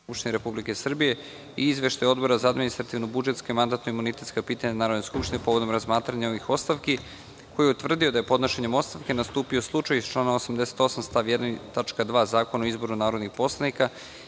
Republike Srbije i Izveštaj Odbora za administrativno-budžetske, mandatno-imunitetska pitanja Narodne skupštine povodom razmatranja ovih ostavki, koji je utvrdio da je podnošenjem ostavke nastupio slučaj iz člana 88. stav 1. tačka 2) Zakona o izboru narodnih poslanika